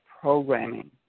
programming